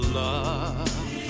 love